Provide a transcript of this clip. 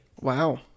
Wow